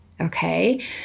okay